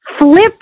Flip